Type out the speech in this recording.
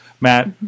Matt